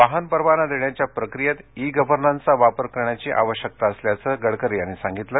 वाहन परवाना देण्याच्या प्रक्रियेत ई गव्हर्नन्सचा वापर करण्याची आवश्यकता असल्याचं गडकरी यांनी यावेळी सांगितलं